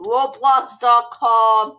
Roblox.com